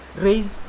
raised